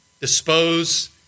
dispose